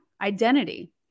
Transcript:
identity